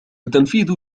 تنفيذ